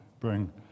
bring